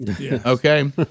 Okay